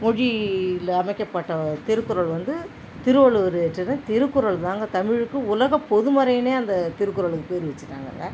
மொழியில் அமைக்கப்பட்ட திருக்குறள் வந்து திருவள்ளுவர் இயற்றின திருக்குறள்தாங்க தமிழுக்கு உலகப் பொதுமறையின்னு அந்த திருக்குறளுக்கு பேர் வைச்சிட்டாங்கங்க